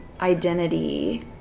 identity